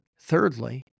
Thirdly